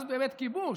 אז באמת כיבוש,